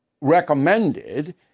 recommended